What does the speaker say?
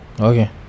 okay